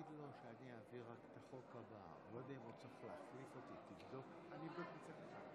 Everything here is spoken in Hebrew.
הצעת חוק בתי המשפט, להלן תוצאות ההצבעה